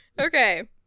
Okay